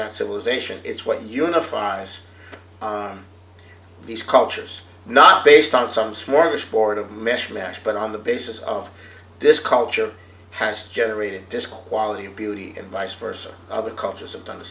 that civilization it's what unifies these cultures not based on some smorgasbord of mishmash but on the basis of this culture has generated this quality and beauty and vice versa other cultures have done the